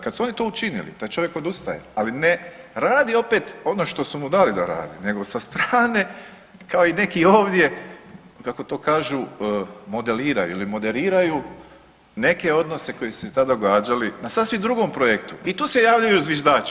Kad su oni to učinili, taj čovjek odustaje, ali ne radi opet ono što su mu dali da radi nego sa strane kao i neki ovdje kako to kažu modeliraju ili moderiraju neke odnose koji su se tada događali na sasvim drugom projektu i tu se javljaju zviždači.